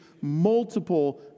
multiple